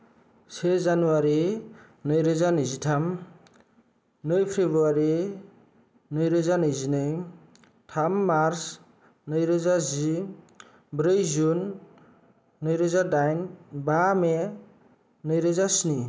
से जानुवारि नैरोजा नैजिथाम नै फ्रेबुवारि नैरोजा नैजिनै थाम मार्स नैरोजा जि ब्रै जुन नैरोजा दाइन बा मे नैरोजा स्नि